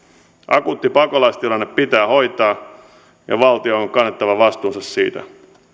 akuutti pakolaistilanne pitää hoitaa ja valtion on kannettava vastuunsa siitä